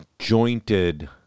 Jointed